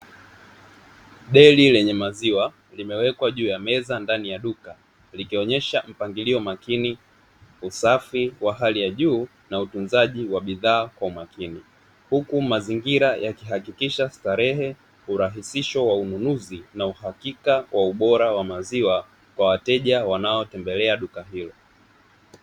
Deri lenye maziwa limewekwa juu ya meza ndani ya duka likionyesha mpangilio makini, usafi wa hali ya juu na utunzaji wa bidhaa kwa umakini, huku mazingira yakihakikisha starehe, urahisisho wa ununuzi na uhakika wa ubora wa maziwa kwa wateja wanaotembelea duka hilo.